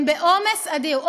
הם בעומס אדיר.